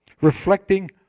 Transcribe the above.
reflecting